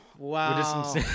Wow